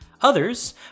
Others